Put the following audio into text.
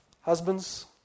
husbands